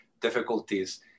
difficulties